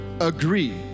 agree